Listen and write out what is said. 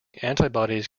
antibodies